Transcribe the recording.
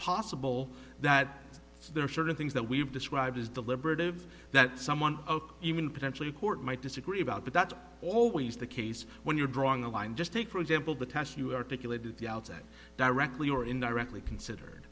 possible that there are certain things that we've described as deliberative that someone even potentially court might disagree about but that's always the case when you're drawing a line just take for example the test you articulated the outset directly or indirectly considered